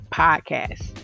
podcast